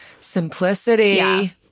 Simplicity